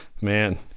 man